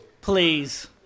Please